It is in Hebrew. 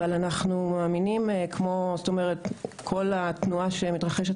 אבל כמו שתנועה שמתרחשת